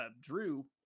drew